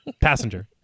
Passenger